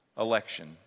election